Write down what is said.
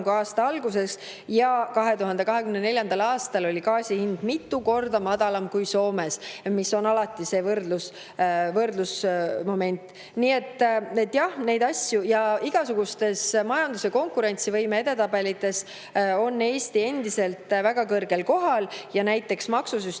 kui aasta alguses ja 2024. aastal on gaasi hind mitu korda madalam kui Soomes – see on alati võrdlusmoment. Nii et jah, neid asju on. Igasugustes majanduse konkurentsivõime edetabelites on Eesti endiselt väga kõrgel kohal. Näiteks maksusüsteemi